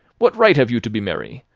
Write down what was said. what right have you to be merry?